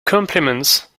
compliments